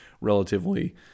relatively